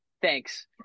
thanks